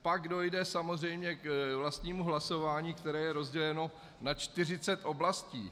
Pak dojde samozřejmě k vlastnímu hlasování, které je rozděleno na 40 oblastí.